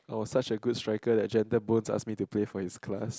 I was such a good striker that Gentle-Bones asked me to play for his class